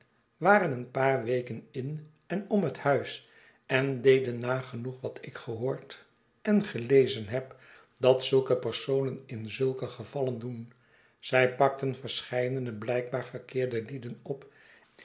waren een paar weken in en om het huis en deden nagenoeg wat ik gehoord en gelezen heb dat zulke personen in zulkegevallen doen zij pakten verscheidene blijkbaar verkeerde lieden op